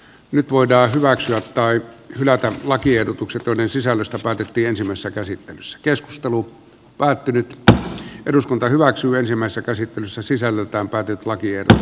nyt voidaan hyväksyä tai hylätä lakiehdotukset joiden sisällöstä päätettiin ensimmäisessä käsittelyssä keskustelu päättynyt että eduskunta hyväksyy verisimmässä käsittelyssä sisällöltään päätetla tiedä